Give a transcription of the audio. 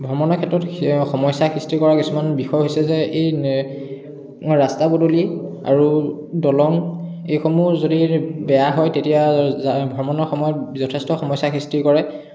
ভ্ৰমণৰ ক্ষেত্ৰত স সমস্যাৰ সৃষ্টি কৰা কিছুমান বিষয় হৈছে যে এই ৰাস্তা পদূলি আৰু দলং এইসমূহ যদি বেয়া হয় তেতিয়া ভ্ৰমণৰ সময়ত যথেষ্ট সমস্যাৰ সৃষ্টি কৰে